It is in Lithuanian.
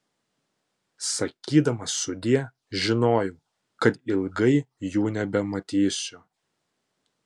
sakydamas sudie žinojau kad ilgai jų nebematysiu